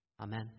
Amen